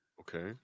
Okay